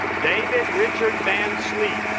david richard van sleep